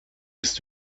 ist